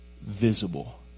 visible